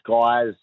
guys